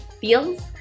feels